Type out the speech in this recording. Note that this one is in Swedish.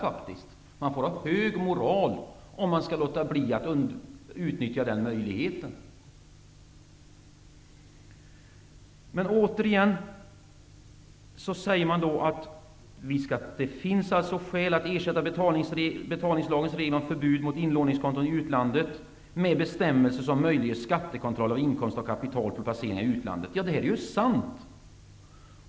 Man får ha en hög moral om man skall låta bli att utnyttja den möjligheten. Det sägs vidare att det också finns skäl att ersätta betalningslagens regler om förbud mot inlåningskonton i utlandet med bestämmelser som möjliggör skattekontroll av inkomst av kapital på placeringar i utlandet. Detta är ju sant!